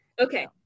Okay